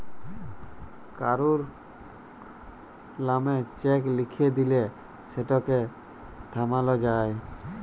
কারুর লামে চ্যাক লিখে দিঁলে সেটকে থামালো যায়